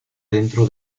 dentro